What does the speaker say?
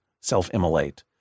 self-immolate